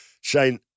Shane